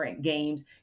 games